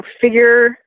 figure